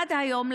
עד היום,